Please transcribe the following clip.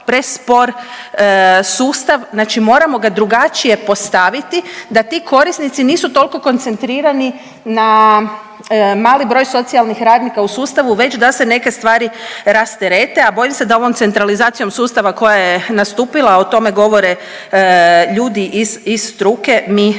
prespor sustav, znači moramo ga drugačije postaviti da ti korisnici nisu tolko koncentrirani na mali broj socijalnih radnika u sustavu već da se neke stvari rasterete, a bojim se da ovom centralizacijom sustava koja je nastupila, o tome govore ljudi iz, iz struke mi imamo